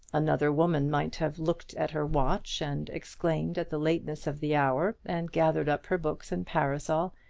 another woman might have looked at her watch, and exclaimed at the lateness of the hour, and gathered up her books and parasol,